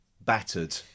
battered